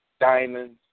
diamonds